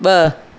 ब॒